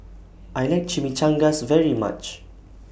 I like Chimichangas very much